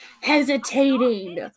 Hesitating